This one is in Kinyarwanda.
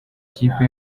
ikipe